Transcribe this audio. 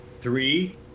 Three